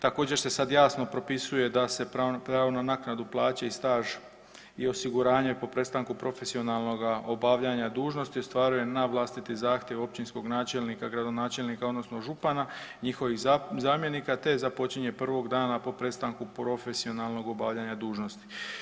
Također se sad jasno propisuje da se pravo na naknadu plaće i staž i osiguranje po prestanu profesionalnoga obavljanja dužnosti ostvaruje na vlastiti zahtjev općinskog načelnika, gradonačelnika odnosno župana i njihovih zamjenika te započinje prvog dana po prestanku profesionalnog obavljanja dužnosti.